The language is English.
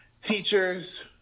teachers